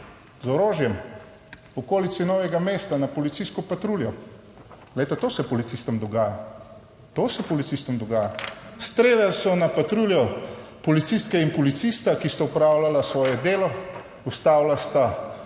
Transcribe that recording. z orožjem v okolici Novega mesta na policijsko patruljo. Glejte, to se policistom dogaja, to se policistom dogaja. Streljali so na patruljo policistke in policista, ki sta opravljala svoje delo, ustavila sta